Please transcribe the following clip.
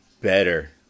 better